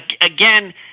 again